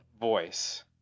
voice